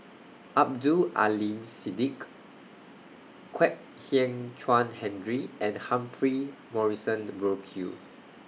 Abdul Aleem Siddique Kwek Hian Chuan Henry and Humphrey Morrison Burkill